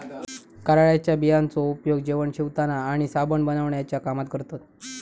कारळ्याच्या बियांचो उपयोग जेवण शिवताना आणि साबण बनवण्याच्या कामात करतत